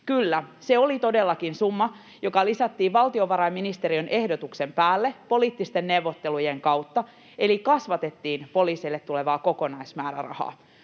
Kyllä, se oli todellakin summa, joka lisättiin valtiovarainministeriön ehdotuksen päälle poliittisten neuvottelujen kautta, eli kasvatettiin poliiseille tulevaa kokonaismäärärahaa.